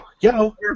Yo